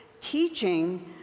teaching